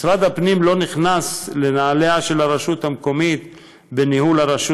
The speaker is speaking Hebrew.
משרד הפנים לא נכנס לנעליה של הרשות המקומית בניהול הרשות